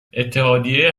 اتحادیه